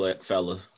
fella